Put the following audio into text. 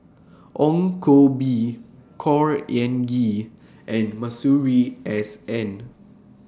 Ong Koh Bee Khor Ean Ghee and Masuri S N